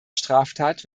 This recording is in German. straftat